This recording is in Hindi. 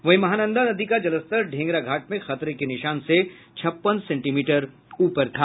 वहीं महानंदा नदी का जलस्तर ढेंगरा घाट में खतरे के निशान से छप्पन सेंटीमीटर ऊपर था